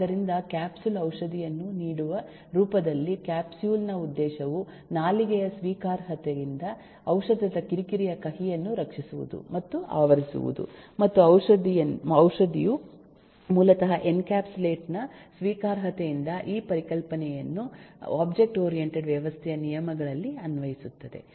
ಆದ್ದರಿಂದ ಕ್ಯಾಪ್ಸುಲ್ ಔಷಧಿಯನ್ನು ನೀಡುವ ರೂಪದಲ್ಲಿ ಕ್ಯಾಪ್ಸುಲ್ ನ ಉದ್ದೇಶವು ನಾಲಿಗೆಯ ಸ್ವೀಕಾರಾರ್ಹತೆಯಿಂದ ಔಷಧದ ಕಿರಿಕಿರಿಯ ಕಹಿಯನ್ನು ರಕ್ಷಿಸುವುದು ಮತ್ತು ಆವರಿಸುವುದು ಮತ್ತು ಔಷಧವು ಮೂಲತಃ ಎನ್ಕ್ಯಾಪ್ಸುಲೇಟ್ ನ ಸ್ವೀಕಾರಾರ್ಹತೆಯಿಂದ ಆ ಪರಿಕಲ್ಪನೆಯನ್ನು ಒಬ್ಜೆಕ್ಟ್ ಓರಿಯಂಟೆಡ್ ವ್ಯವಸ್ಥೆಯ ನಿಯಮಗಳಲ್ಲಿ ಅನ್ವಯಿಸುತ್ತದೆ